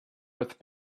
with